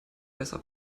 besser